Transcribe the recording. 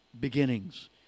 beginnings